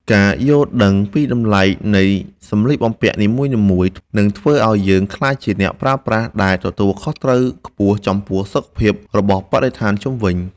ការយល់ដឹងពីតម្លៃនៃសម្លៀកបំពាក់នីមួយៗ នឹងធ្វើឱ្យយើងក្លាយជាអ្នកប្រើប្រាស់ដែលទទួលខុសត្រូវខ្ពស់ចំពោះសុខភាពរបស់បរិស្ថានជុំវិញ។